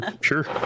sure